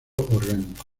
orgánico